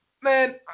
man